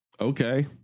Okay